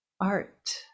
art